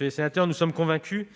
les sénateurs, nous sommes convaincus